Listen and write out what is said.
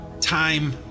time